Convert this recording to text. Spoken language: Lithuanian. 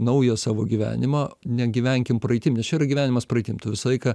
naują savo gyvenimą negyvenkim praeitim nes čia yra gyvenimas praeitim tu visą laiką